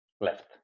left